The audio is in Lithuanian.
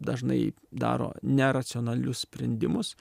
dažnai daro neracionalius sprendimus